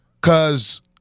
cause